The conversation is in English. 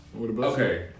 Okay